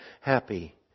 happy